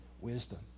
wisdom